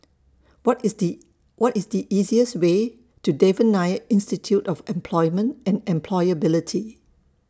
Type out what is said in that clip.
What IS The What IS The easiest Way to Devan Nair Institute of Employment and Employability